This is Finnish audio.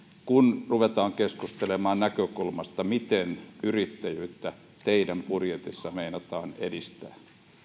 kun ruvetaan keskustelemaan näkökulmasta miten yrittäjyyttä teidän budjetissanne meinataan edistää